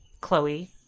Chloe